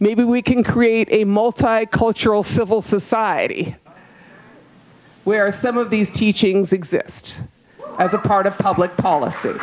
maybe we can create a multicultural civil society where some of these teachings exist as a part of public policy